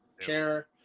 care